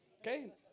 Okay